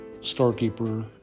storekeeper